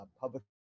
public